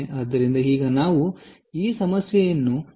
ಆದ್ದರಿಂದ ಈಗ ನಾವು ಈ ಸಮಸ್ಯೆಯನ್ನು ಹೇಗೆ ಪರಿಹರಿಸುತ್ತೇವೆ